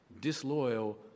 disloyal